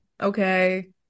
okay